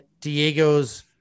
Diego's